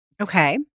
Okay